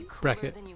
bracket